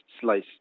slice